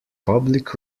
public